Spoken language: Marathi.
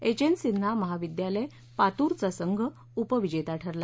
एच एन सिन्हा महाविद्यालय पातूरचा संघ उपविजेता ठरला